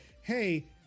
hey